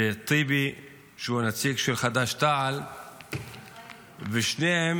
וטיבי, שהוא נציג של חד"ש-תע"ל, ושניהם